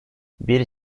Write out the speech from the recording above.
bir